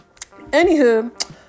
Anywho